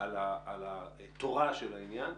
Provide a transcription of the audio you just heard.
על התורה של העניין,